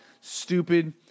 stupid